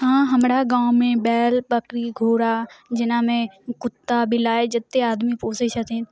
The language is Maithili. हाँ हमरा गाँवमे बैल बकरी घोड़ा जेनामे कुत्ता बिलाइ जते आदमी पोसै छथिन